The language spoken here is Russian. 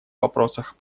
вопросах